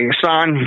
son